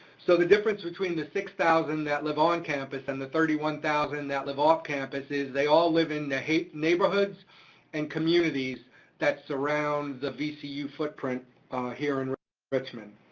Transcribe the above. so the difference between the six thousand that live on campus and the thirty one thousand that live off-campus is they all live in ah the neighborhoods and communities that surround the vcu footprint here in richmond.